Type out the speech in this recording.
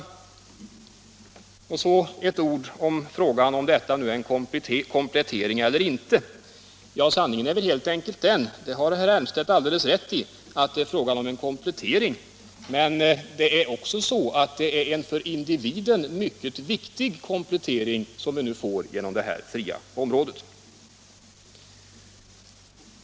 Sedan till frågan om huruvida förslaget om det fria området innebär en komplettering eller inte. Sanningen är helt enkelt den — det har herr Elmstedt alldeles rätt i — att det är fråga om en komplettering. Men det är en för individen mycket viktig komplettering som vi får genom förslaget om det fria området.